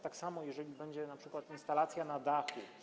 Tak samo, jeżeli będzie np. instalacja na dachu.